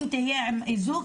אם הגבר יהיה עם איזוק,